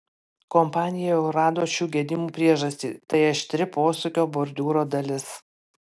kompanija jau rado šių gedimų priežastį tai aštri posūkio bordiūro dalis